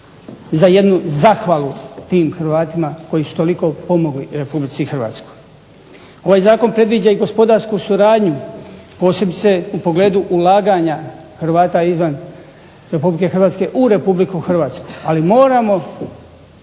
za jednu zahvalu tim Hrvatima koji su toliko pomogli RH. Ovaj zakon predviđa i gospodarsku suradnju posebice u pogledu ulaganja Hrvata izvan Hrvatske u RH ali moramo